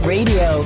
Radio